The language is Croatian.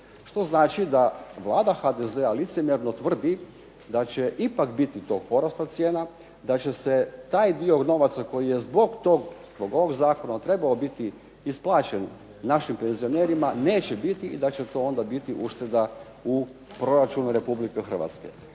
što znači da Vlada HDZ-a licemjerno tvrdi da će ipak biti tog porasta cijena, da će se taj dio novac koji je zbog tog, zbog ovog Zakona trebao biti isplaćen našim penzionerima neće biti i da će to onda biti ušteda u proračunu Republike Hrvatske.